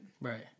Right